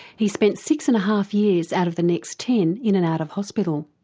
he spent six and a half years out of the next ten in and out of hospital.